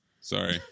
Sorry